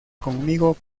conmigo